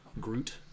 Groot